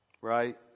Right